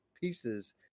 pieces